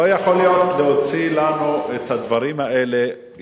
לא יכול להיות, להוציא לנו את הדברים האלה.